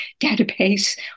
database